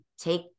take